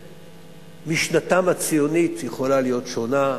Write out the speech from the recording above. שמשנתם הציונית יכולה להיות שונה,